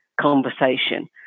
conversation